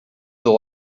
the